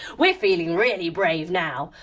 we're feeling really brave now,